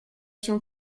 się